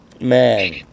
Man